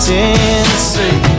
Tennessee